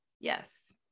yes